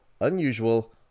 unusual